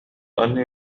أني